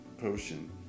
potion